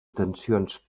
tensions